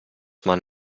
man